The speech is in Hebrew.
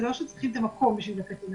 זה לא שצריכים את המקום בשביל הקטין.